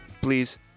Please